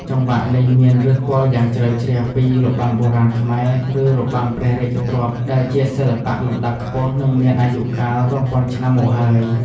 ចង្វាក់នេះមានឫសគល់យ៉ាងជ្រៅជ្រះពីរបាំបុរាណខ្មែរ ឬរបាំព្រះរាជទ្រព្យ ដែលជាសិល្បៈលំដាប់ខ្ពស់ និងមានអាយុកាលរាប់ពាន់ឆ្នាំមកហើយ។